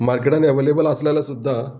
मार्केटान एवेलेबल आसले जाल्या सुद्दां